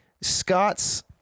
Scott's